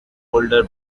older